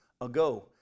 ago